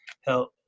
help